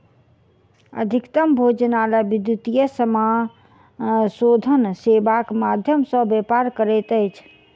अधिकतम भोजनालय विद्युतीय समाशोधन सेवाक माध्यम सॅ व्यापार करैत अछि